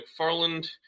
McFarland